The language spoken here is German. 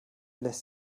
lässt